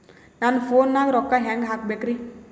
ನನ್ನ ಫೋನ್ ನಾಗ ರೊಕ್ಕ ಹೆಂಗ ಹಾಕ ಬೇಕ್ರಿ?